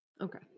okay